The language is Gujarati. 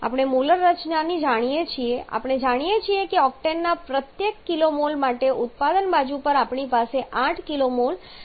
આપણે મોલરની રચના જાણીએ છીએ આપણે જાણીએ છીએ કે ઓક્ટેનના પ્રત્યેક kmol માટે ઉત્પાદન બાજુ પર આપણી પાસે 8 kmols CO2 છે